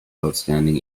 outstanding